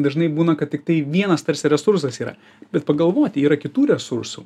dažnai būna kad tiktai vienas tarsi resursas yra bet pagalvoti yra kitų resursų